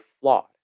flawed